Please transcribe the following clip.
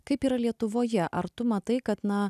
kaip yra lietuvoje ar tu matai kad na